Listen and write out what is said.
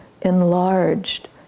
enlarged